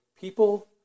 people